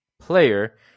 player